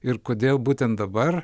ir kodėl būtent dabar